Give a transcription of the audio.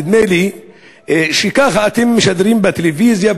נדמה לי שככה אתם משדרים בטלוויזיה,